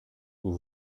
vous